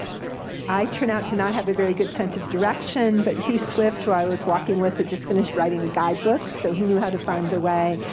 i turn out to not have a very good sense of direction, but hugh swift, who i was walking with, had just finished writing a guidebook, so he knew how to find the way,